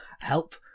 help